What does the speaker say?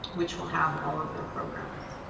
which will have all of their programs.